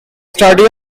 study